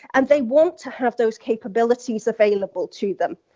and they want to have those capabilities available to them.